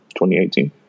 2018